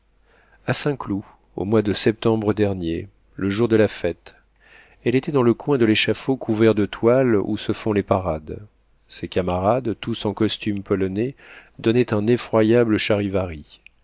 a saint-cloud au mois de septembre dernier le jour de la fête elle était dans le coin de l'échafaud couvert de toiles où se font les parades ses camarades tous en costumes polonais donnaient un effroyable charivari